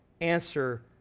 answer